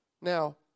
Now